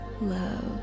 love